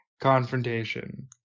confrontation